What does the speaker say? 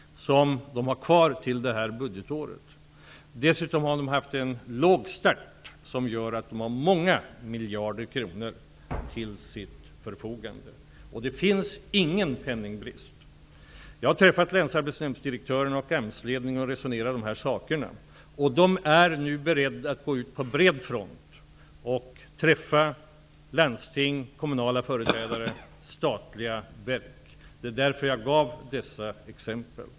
De finns kvar till detta budgetår. För det andra har AMS legat lågt i starten. Det gör att de har många miljarder kronor till sitt förfogande. Det finns ingen penningbrist. Jag har träffat länsarbetsnämndsdirektörerna och AMS-ledningen och resonerat om dessa saker. De är nu beredda att gå ut på bred front och träffa landstingsföreträdare, kommunala företrädare och företrädare för statliga verk. Det är anledningen till att jag gav dessa exempel.